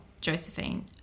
Josephine